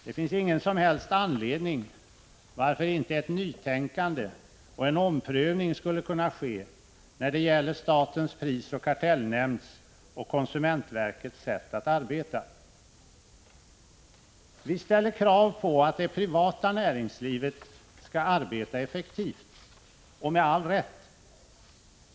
Det finns ingen som helst anledning till att ett nytänkande och en omprövning inte skulle kunna ske när det gäller statens prisoch kartellnämnds och konsumentverkets sätt att arbeta. Vi ställer krav på att det privata näringslivet skall arbeta effektivt — och med all rätt.